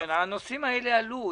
כן, הנושאים האלה עלו.